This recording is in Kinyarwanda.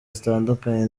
zitandukanye